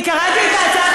אני קראתי את ההצעה,